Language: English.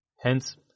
Hence